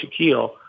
Shaquille